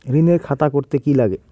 ঋণের খাতা করতে কি লাগে?